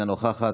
אינה נוכחת,